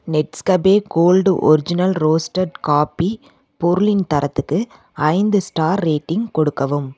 Nescafe gold original roasted coffee பொருளின் தரத்துக்கு ஐந்து ஸ்டார் ரேட்டிங் கொடுக்கவும்